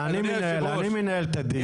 אני מנהל את הדיון.